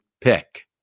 pick